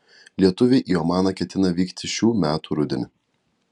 lietuviai į omaną ketina vykti šių metų rudenį